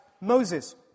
Moses